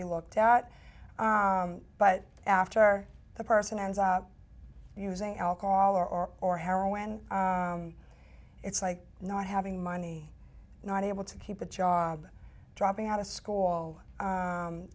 be looked at but after the person ends up using alcohol or or heroin it's like not having money not able to keep a job dropping out of school